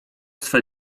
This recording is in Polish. swe